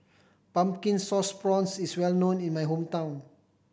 Pumpkin Sauce Prawns is well known in my hometown